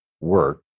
work